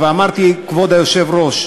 אבל אמרתי, כבוד היושב-ראש,